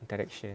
interaction